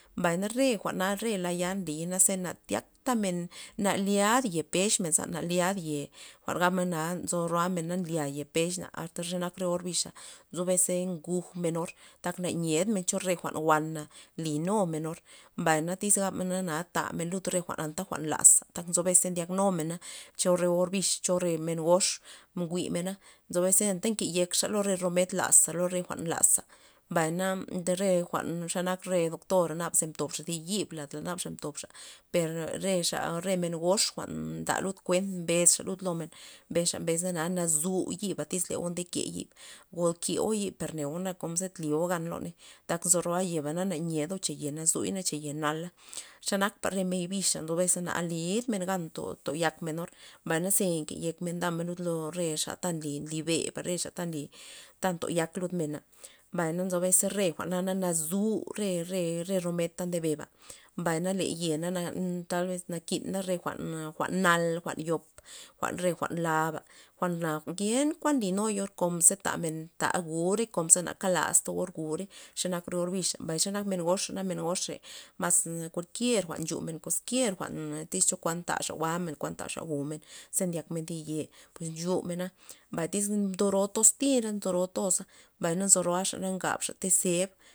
Mbay na re jwa'na re ya nliyza naze na tyaktamen na lyad ye pexmen za na lyadmen ye jwa'n gabmen menzo roa men nlya ye len pexna asta xe nak re orbixa nzo bes ngujmen or tak na nieydmen cho re jwa'n wana nly numen or, mbay tyz gabmen na na yo tamen lud re jwa'na anta jwa'n laza tak nzo bes ndyakmen cho re or bix cho re re mne gox njwi'mena nzo bes anta nke yekxa re romed laza ro re jwa'n laza mbayna re jwa'n ta nak re doktor naba ze mtobxa thi yib ladla mtobxa per re xa gox re men goxa nda lud kuent mbesxa lud lomen mbesxa na nazu yiba tyz leo nke yin go keo yib per neo na kon ze lyogan loney tan nzo roa yeba na na niedmen cha ye nazuy cha ye nala xenak pa re mbi bixa nzo bes na nalitmen gan toyakmen mbay na ze nkeyen men ndamen lud lo re xa ta nly beba re xa ta nly tantokay lud mena mbay na nzo ves re jwa'na na nazu re- re romed ta nde beba mbay na le ye na tal bes nakina re jwa'n jwa'n nal jwa'n yop jwa'n re jwa'n laba jwa'na ngen kuan nli nuy or konze tamen ta jwu'rey konke za na kalasta or jwu'rey xe nak re or bixa xanak men goxa re men goxre mas na kualkier jwa'n nchu kualkier jwa'n tyz chokuan taxa gabmen kuan taxa jwu'men ze ndyakmen thi ye pues nchu'mena mbay tyz ndoro toztira ndoro toza mbay na nzo roaxa men gabxa te' zeb.